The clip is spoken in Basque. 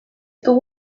dugu